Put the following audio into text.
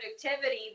productivity